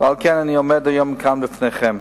ועל כן אני עומד היום כאן בפניכם.